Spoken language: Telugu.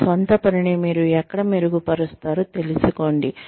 మీ స్వంత పనినీ మీరు ఎక్కడ మెరుగుపరుస్తారో తెలుసుకోండి